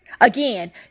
Again